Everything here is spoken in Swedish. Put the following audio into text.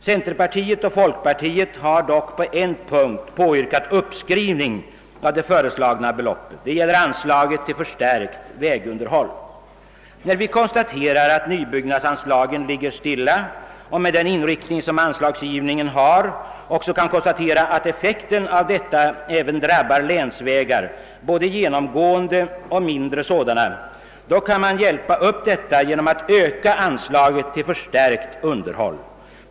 Centerpartiet och folkpartiet har dock på en punkt påyrkat uppskrivning av det föreslagna beloppet. Det gäller anslaget till förstärkt vägunderhåll. Vi konstaterar att nybyggnadsanslagen inte ändras och vi kan med den inriktning som anslagsgivningen har också konstatera, att effekten av detta även drabbar länsvägar, både genomgående och mindre sådana. Det kan man hjälpa upp genom att öka anslaget till förstärkt vägunderhåll.